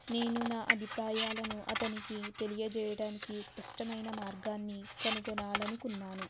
నేను నా అభిప్రాయాలను అతనికి తెలియజేయడానికి స్పష్టమైన మార్గాన్ని కనుగొనాలనుకున్నాను